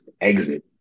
exit